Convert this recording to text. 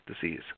disease